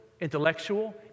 intellectual